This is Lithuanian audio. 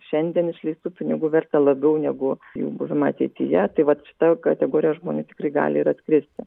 šiandien išleistų pinigų vertę labiau negu jų buvimą ateityje tai vat šita kategorija žmonių tikrai gali ir atkristi